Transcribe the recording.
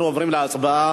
אנחנו עוברים להצבעה.